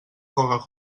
coca